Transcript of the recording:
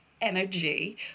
energy